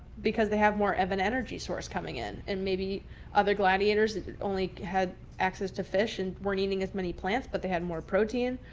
because they have more of an energy source coming in and maybe other gladiators only had access to fish and weren't eating as many plants, but they had more protein.